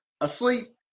asleep